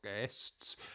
guests